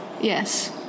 yes